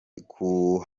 kuko